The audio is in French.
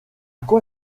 quoi